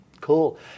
Cool